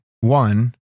one